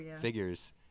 figures